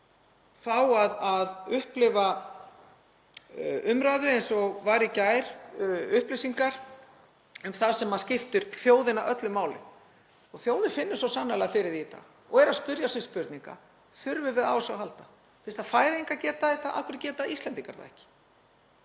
fá að upplifa umræðu eins og var í gær, upplýsingar um það sem skiptir þjóðina öllu máli. Þjóðin finnur svo sannarlega fyrir því í dag og er að spyrja sig spurninga: Þurfum við á þessu að halda? Fyrst Færeyingar geta þetta, af hverju geta Íslendingar það ekki?